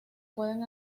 pueden